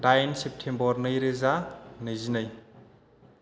डाइन सेप्तेम्बर नैरोजा नैजिनै